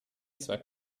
zwar